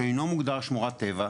שאינו מוגדר שמורת טבע,